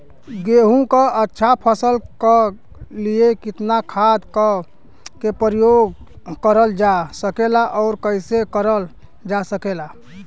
गेहूँक अच्छा फसल क लिए कितना खाद के प्रयोग करल जा सकेला और कैसे करल जा सकेला?